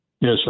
Yes